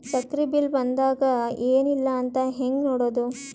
ಸಕ್ರಿ ಬಿಲ್ ಬಂದಾದ ಏನ್ ಇಲ್ಲ ಅಂತ ಹೆಂಗ್ ನೋಡುದು?